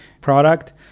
product